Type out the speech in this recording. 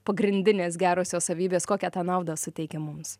pagrindinės gerosios savybės kokią tą naudą suteikia mums